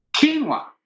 quinoa